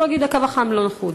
והוא יכול להגיד: הקו החם לא נחוץ.